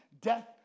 Death